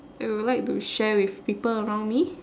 I would like to share with people around me